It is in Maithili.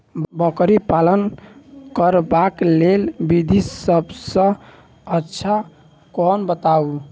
बकरी पालन करबाक लेल विधि सबसँ अच्छा कोन बताउ?